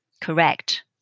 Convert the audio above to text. Correct